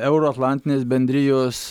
euroatlantinės bendrijos